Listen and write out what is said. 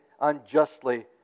unjustly